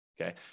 Okay